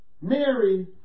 Mary